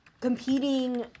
competing